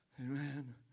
Amen